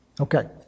Okay